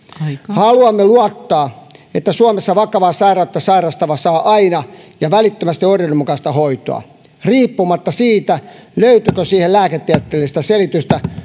haluamme luottaa että suomessa vakavaa sairautta sairastava saa aina ja välittömästi oireidenmukaista hoitoa riippumatta siitä löytyykö siihen lääketieteellistä selitystä